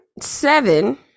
Seven